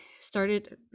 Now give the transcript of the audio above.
started